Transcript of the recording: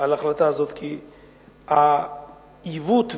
על ההחלטה הזאת, כי העיוות והעוול,